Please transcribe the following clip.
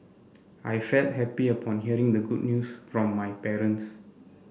I felt happy upon hearing the good news from my parents